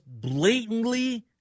blatantly